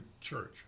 church